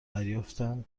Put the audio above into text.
دریافتم